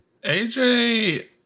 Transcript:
AJ